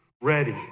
ready